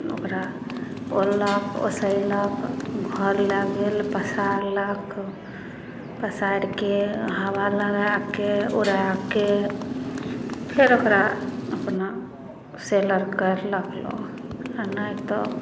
ओकरा ओललक ओसैलक घर लै गेल पसारलक पसारिके हवा लगाके उड़ाके फेर ओकरा अपना सेलर करलक लोग आ नहि तऽ